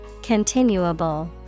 Continuable